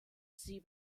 sie